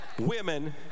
women